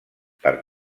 per